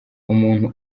umuntu